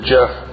Jeff